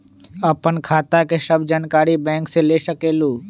आपन खाता के सब जानकारी बैंक से ले सकेलु?